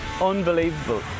unbelievable